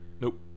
Nope